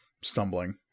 stumbling